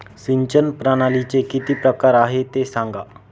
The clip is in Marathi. सिंचन प्रणालीचे किती प्रकार आहे ते सांगा